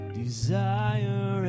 desire